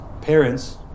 parents